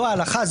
זאת ההלכה,